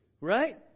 Right